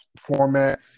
format